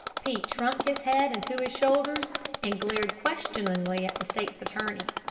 pete shrunk his head into his shoulders and glared questioningly at the state's attorney.